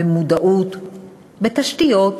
במודעות, בתשתיות.